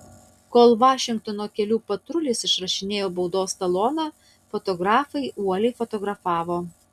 kol vašingtono kelių patrulis išrašinėjo baudos taloną fotografai uoliai fotografavo